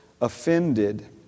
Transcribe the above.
offended